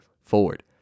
forward